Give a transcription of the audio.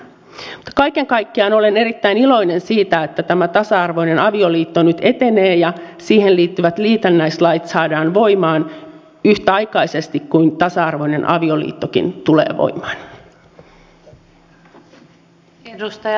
mutta kaiken kaikkiaan olen erittäin iloinen siitä että tasa arvoinen avioliitto nyt etenee ja siihen liittyvät liitännäislait saadaan voimaan yhtäaikaisesti kuin tasa arvoinen avioliittokin tulee voimaan